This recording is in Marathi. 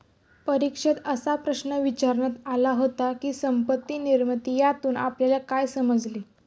परीक्षेत असा प्रश्न विचारण्यात आला होता की, संपत्ती निर्मिती यातून आपल्याला काय समजले?